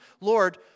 Lord